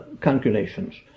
calculations